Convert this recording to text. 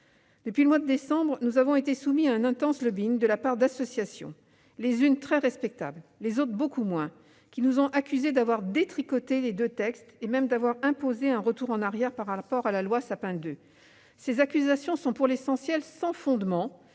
Depuis le mois de décembre, nous avons été soumis à un intense lobbying de la part d'associations, les unes très respectables, les autres beaucoup moins, qui nous ont accusés d'avoir « détricoté » les deux textes, et même d'avoir imposé un retour en arrière par rapport à la loi Sapin II. Ces accusations sont, pour l'essentiel, sans fondement,